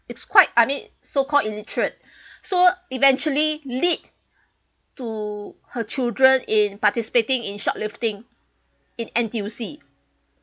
it's quite I mean so called illiterate so eventually lead to her children in participating in shoplifting in N_T_U_C